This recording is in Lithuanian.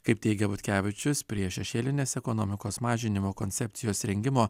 kaip teigia butkevičius prie šešėlinės ekonomikos mažinimo koncepcijos rengimo